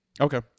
Okay